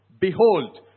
Behold